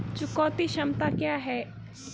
चुकौती क्षमता क्या है?